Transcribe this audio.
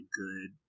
good